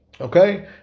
okay